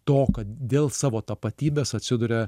to kad dėl savo tapatybės atsiduria